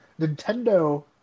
Nintendo